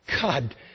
god